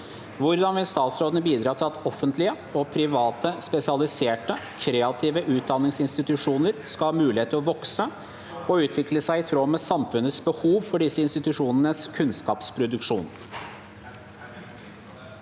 Hvordan vil statsråden bidra til at offentlige og pri- vate spesialiserte, kreative utdanningsinstitusjoner skal ha mulighet til å vokse og utvikle seg i tråd med samfunn- ets behov for disse institusjonenes kunnskapsproduk- sjon?»